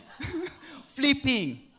flipping